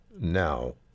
now